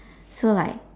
so like